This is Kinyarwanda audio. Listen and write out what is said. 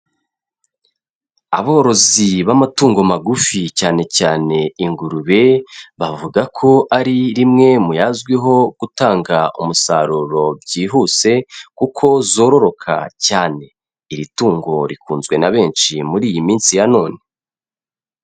Aborozi b'amatungo magufi cyane cyane ingurube, bavuga ko ari rimwe mu yazwiho gutanga umusaruro byihuse, kuko zororoka cyane, iri tungo rikunzwe na benshi muri iyi minsi ya none.